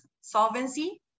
solvency